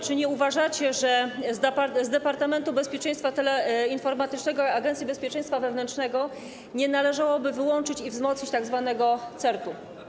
Czy nie uważacie, że z Departamentu Bezpieczeństwa Teleinformatycznego Agencji Bezpieczeństwa Wewnętrznego nie należałoby wyłączyć i wzmocnić tzw. CERT-u?